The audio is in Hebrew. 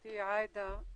חברתי עאידה,